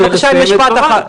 בבקשה, משפט אחרון.